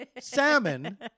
salmon